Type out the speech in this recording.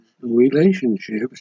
relationships